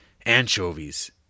anchovies